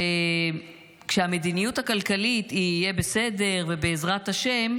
כשהמדיניות הכלכלית "יהיה בסדר" ו"בעזרת השם",